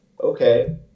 okay